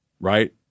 Right